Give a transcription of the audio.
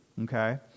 Okay